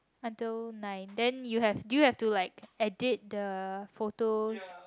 until nine then you have do you have to like edit the photos